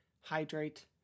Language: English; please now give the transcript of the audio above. hydrate